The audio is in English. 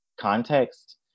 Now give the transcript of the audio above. context